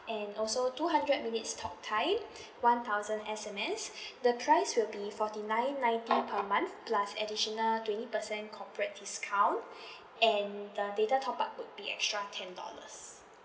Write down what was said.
and also two hundred minutes talk time one thousand S_M_S the price will be forty nine ninety per month plus additional twenty percent corporate discount and the data top up would be extra ten dollars